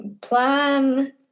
plan